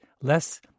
less